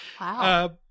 wow